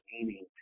meaning